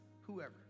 whoever